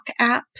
Apps